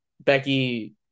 Becky